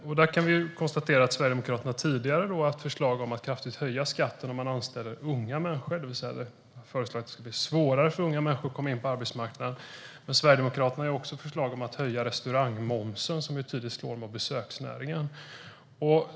Vi kan konstatera att Sverigedemokraterna tidigare har haft förslag om att höja skatten för att anställa unga människor, det vill säga att det ska bli svårare för unga människor att komma in på arbetsmarknaden. Sverigedemokraterna har också förslag om att höja restaurangmomsen, vilket tydligt skulle slå mot besöksnäringen.